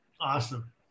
Awesome